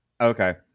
Okay